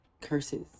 curses